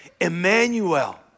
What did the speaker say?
Emmanuel